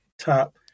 top